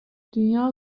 dünya